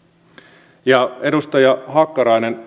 minäpä veikkaan että suomesta ei löydy kovin montaa yhtä taitavaa sahuria kuin edustaja hakkarainen